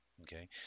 Okay